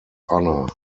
honour